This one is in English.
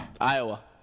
Iowa